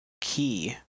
key